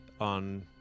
on